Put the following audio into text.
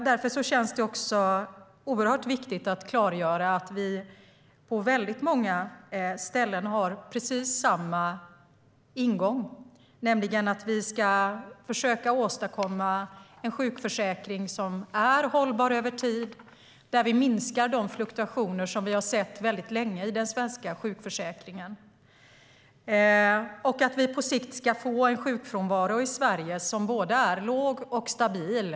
Därför känns det också oerhört viktigt att klargöra att vi på många ställen har precis samma ingång, nämligen att vi ska försöka åstadkomma en sjukförsäkring som är hållbar över tid. Vi behöver minska de fluktuationer som vi länge har sett i den svenska sjukförsäkringen och på sikt få en sjukfrånvaro i Sverige som både är låg och stabil.